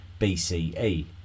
BCE